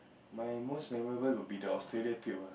my most memorable would be the Australia trip ah